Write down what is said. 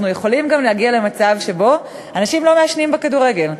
אנחנו יכולים גם להגיע למצב שבו אנשים לא מעשנים בכדורגל.